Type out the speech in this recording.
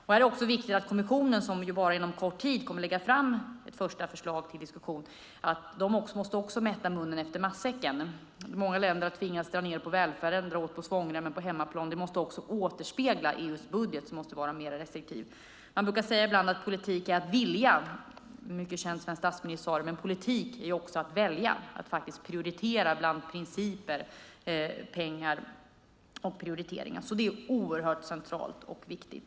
Här är det viktigt att kommissionen, som bara inom en kort tid kommer att lägga fram ett första förslag till diskussion, också måste mätta munnen efter matsäcken. Många länder har tvingats dra ned på välfärden och dra åt svångremmen på hemmaplan, och det måste återspeglas i EU:s budget som måste vara mer restriktiv. En mycket känd svensk statsminister sade att politik är att vilja, men politik är också att välja - att faktiskt prioritera bland principer, pengar och annat som är viktigt. Det är alltså oerhört centralt och viktigt.